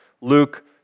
Luke